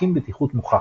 ומספקים בטיחות מוכחת.